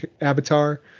avatar